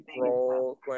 role